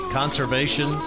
conservation